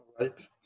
right